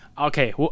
Okay